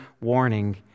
warning